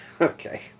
Okay